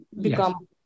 become